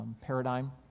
paradigm